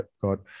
got